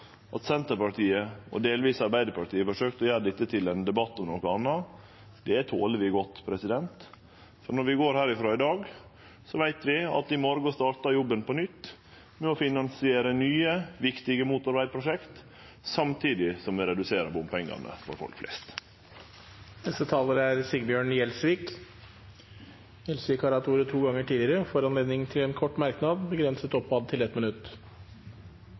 At Senterpartiet og delvis òg Arbeidarpartiet forsøkjer å gjere dette til ein debatt om noko anna, toler vi godt. Når vi går herfrå i dag, veit vi at i morgon startar jobben på nytt med å finansiere nye, viktige motorvegprosjekt samtidig som vi reduserer bompengane for folk flest. Representanten Sigbjørn Gjelsvik har hatt ordet to ganger tidligere og får ordet til en kort merknad, begrenset til 1 minutt.